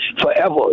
forever